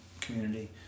community